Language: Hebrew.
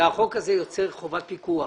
והחוק הזה יוצר חובת פיקוח